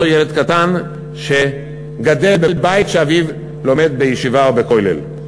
ילד קטן שגדל בבית שאביו לומד בישיבה או בכולל?